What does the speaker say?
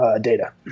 data